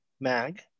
Mag